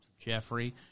Jeffrey